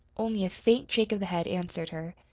only a faint shake of the head answered her.